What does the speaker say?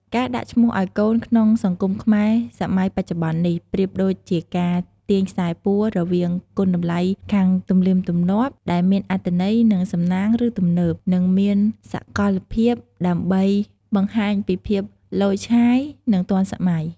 ការដាក់ឈ្មោះឱ្យកូនក្នុងសង្គមខ្មែរសម័យបច្ចុបន្ននេះ ប្រៀបដូចជាការទាញខ្សែពួររវាង គុណតម្លៃខាងទំនៀមទម្លាប់ ដែលមានអត្ថន័យ និងសំណាង ឬ ទំនើប និងមានសកលភាព ដើម្បីបង្ហាញពីភាពឡូយឆាយ និងទាន់សម័យ។